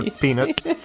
Peanuts